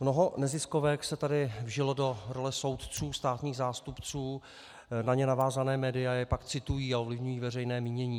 Mnoho neziskovek se tady vžilo do role soudců státních zástupců, na ně navázaná média je pak citují a ovlivňují veřejné mínění.